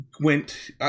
went